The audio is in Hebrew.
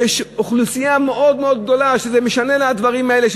שיש אוכלוסייה מאוד מאוד גדולה שמשנים לה הדברים האלה,